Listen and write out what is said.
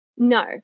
No